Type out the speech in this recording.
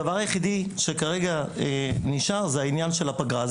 הדבר היחידי שכרגע נשאר זה עניין הפגרה.